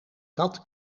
kat